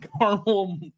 caramel